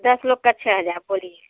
दस लोग का छ हजार बोलिए